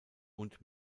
und